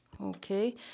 Okay